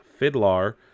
Fiddlar